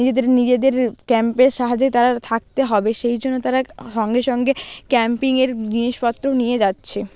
নিজেদের নিজেদের ক্যাম্পের সাহায্যেই তারা থাকতে হবে সেই জন্য তারা সঙ্গে সঙ্গে ক্যাম্পিংয়ের জিনিসপত্রও নিয়ে যাচ্ছে